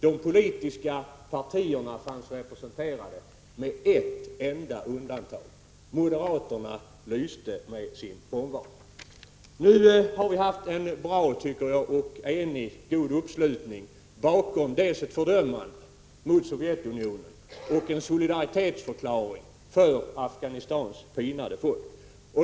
De politiska partierna var representerade, med ett enda undantag. Moderaterna lyste med sin frånvaro. Nu har vi fått en enig uppslutning bakom fördömandet av Sovjetunionens ockupation och solidaritetsförklaringen för Afghanistans pinade folk.